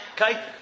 Okay